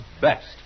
best